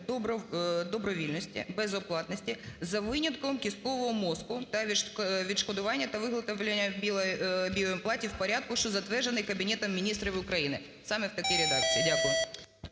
добровільності, безоплатності за винятком кісткового мозку та відшкодування та виготовлення біоімплантів в порядку, що затверджений Кабінетом Міністрів України". Саме в такій редакції. Дякую.